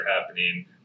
happening